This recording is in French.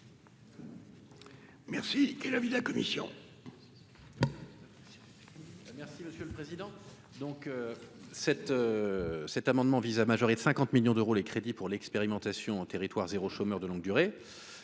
merci. Et l'avis de la commission.